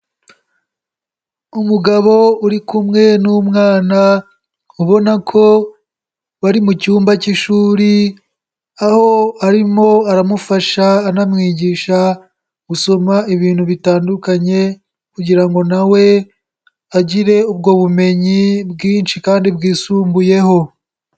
Umugabo uri kumwe n'umwana ubona ko bari mu cyumba k'ishuri, aho arimo aramufasha anamwigisha gusoma ibintu bitandukanye kugira ngo na we agire ubwo bumenyi bwinshi kandi bwisumbuyeho.